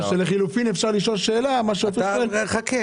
או שלחילופין אפשר שאלה --- חכה.